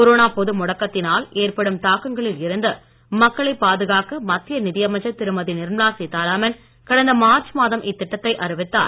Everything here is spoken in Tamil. கொரோனா பொது முடக்கத்தினால் ஏற்படும் தாக்கங்களில் இருந்து மக்களை பாதுகாக்க மத்திய நிதியமைச்சர் திருமதி நிர்மலா சீத்தாராமன் கடந்த மார்ச் மாதம் இத்திட்டத்தை அறிவித்தார்